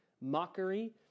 mockery